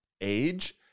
age